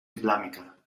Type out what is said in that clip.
islámica